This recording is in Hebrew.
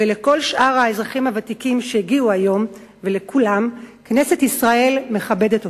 ולכל שאר האזרחים הוותיקים שהגיעו היום ולכולם: כנסת ישראל מכבדת אתכם.